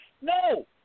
No